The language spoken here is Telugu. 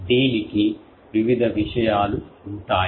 దీనికి వివిధ విషయాలు ఉంటాయి